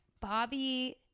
bobby